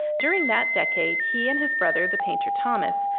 during that decade, he and his brother, the painter thomas,